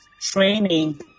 training